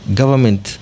government